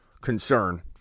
concern